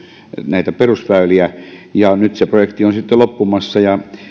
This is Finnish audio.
näitä perusväyliä ja nyt se projekti on sitten loppumassa